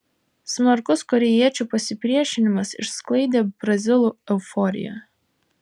smarkus korėjiečių pasipriešinimas išsklaidė brazilų euforiją